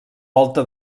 volta